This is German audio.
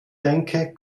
denke